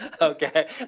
Okay